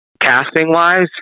Casting-wise